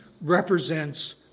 represents